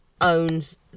owns